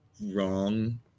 wrong